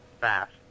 fast